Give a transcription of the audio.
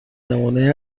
نمونه